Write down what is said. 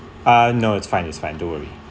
no it's fine it's fine don't worry